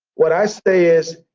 what i say is,